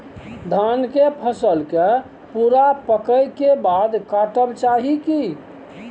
धान के फसल के पूरा पकै के बाद काटब चाही की?